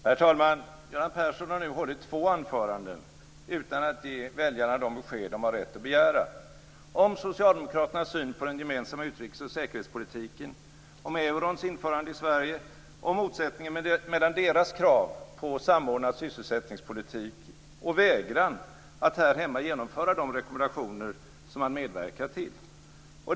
Herr talman! Göran Persson har nu hållit två anföranden utan att ge väljarna de besked de har rätt att begära om socialdemokraternas syn på den gemensamma utrikes och säkerhetspolitiken, om eurons införande i Sverige och om motsättningen mellan deras krav på samordnad sysselsättningspolitik och vägran att här hemma genomföra de rekommendationer som man medverkar till.